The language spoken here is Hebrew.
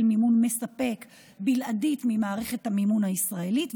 מימון מספק בלעדית ממערכת המימון הישראלית,